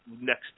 next